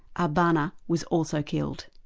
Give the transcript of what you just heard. al-banna was also killed.